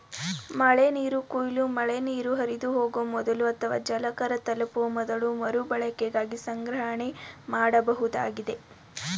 ಮಳೆನೀರು ಕೊಯ್ಲು ಮಳೆನೀರು ಹರಿದುಹೋಗೊ ಮೊದಲು ಅಥವಾ ಜಲಚರ ತಲುಪುವ ಮೊದಲು ಮರುಬಳಕೆಗಾಗಿ ಸಂಗ್ರಹಣೆಮಾಡೋದಾಗಿದೆ